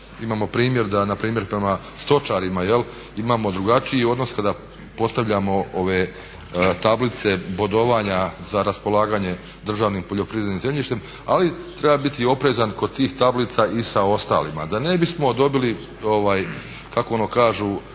imamo primjer da na primjer prema stočarima imamo drugačiji odnos kada postavljamo ove tablice bodovanja za raspolaganje državnim poljoprivrednim zemljištem. Ali treba biti oprezan kod tih tablica i sa ostalima da ne bismo dobili kako ono kažu,